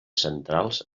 centrals